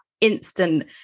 instant